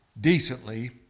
decently